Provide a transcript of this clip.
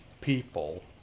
people